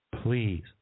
please